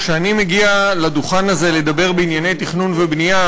כשאני מגיע לדוכן הזה לדבר בענייני תכנון ובנייה,